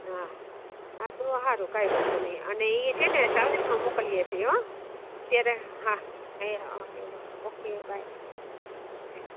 હા હા તો સારું કંઈ વાંધો નહીં અને એ છે ને ટ્રાવેલ્સમાં મોકલીએ છીએ હોં અત્યારે હા એ હા હા ઓકે હા હા ઓકે બાય